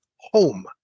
home